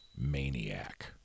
Maniac